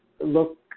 look